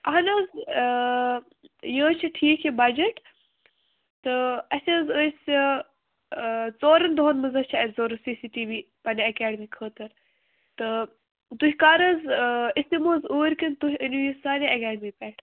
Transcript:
اَہَن حظ یہِ حظ چھُ ٹھیٖک یہِ بَجَٹ تہٕ اَسہِ حظ ٲسۍ ژورَن دۅہَن مَنٛز حظ چھِ اَسہِ ضروٗرت سی سی ٹی وی پَنٕنہِ اکیٚڈمی خٲطر تہٕ تُہۍ کر حظ أسۍ یِمو حظ اوٗرۍ کِنہٕ تُہۍ أنِو یہِ سانے اکیڈمی پٮ۪ٹھ